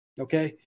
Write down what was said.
okay